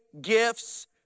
gifts